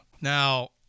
Now